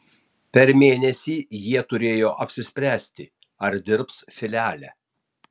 per mėnesį jie turėjo apsispręsti ar dirbs filiale